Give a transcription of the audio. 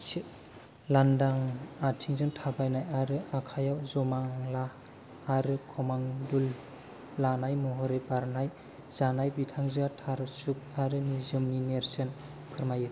लांदां आथिंजों थाबायनाय आरो आखाइयाव जमाला आरो कमंडुल लानाय महरै बरनाय जानाय बिथांजोआ थार सुख आरो निजोमनि नेरसोन फोरमायो